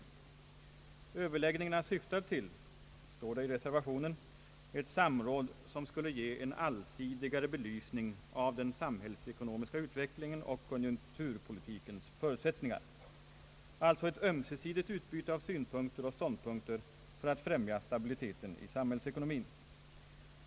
Det framhålles i reservation nr 1 vid bankoutskottets utlåtande nr 32 att överläggningarna syftar till ett samråd som »skulle ge en allsidigare belysning av den samhällsekonomiska utvecklingen och konjunkturpolitikens förutsättningar» — alltså ett ömsesidigt utbyte av synpunkter och ståndpunkter för att främja stabilitet i samhällsekonomin.